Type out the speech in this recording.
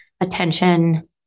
attention